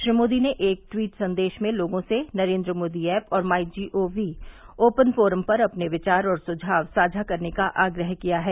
श्री मोदी ने एक ट्वीट संदेश में लोगों से नरेन्द्र मोदी ऐप और my G O V open forum पर अपने विचार और सुझाव साझा करने का आग्रह किया है